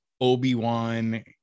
Obi-Wan